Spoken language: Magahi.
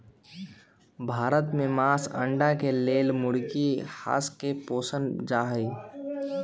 भारत में मास, अण्डा के लेल मुर्गी, हास के पोसल जाइ छइ